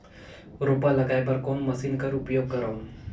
रोपा लगाय बर कोन मशीन कर उपयोग करव?